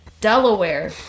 Delaware